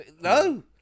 No